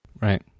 right